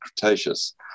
Cretaceous